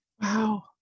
wow